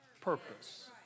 purpose